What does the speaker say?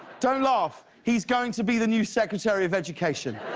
don't laugh. he's going to be the new secretary of education.